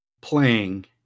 playing